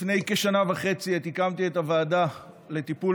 לפני כשנה וחצי הקמתי את הוועדה לטיפול